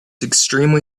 extremely